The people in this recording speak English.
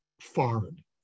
foreign